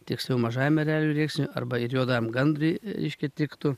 tiksliau mažajam ereliui rėksniui arba ir juodajam gandrui reiškia tiktų